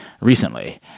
recently